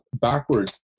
backwards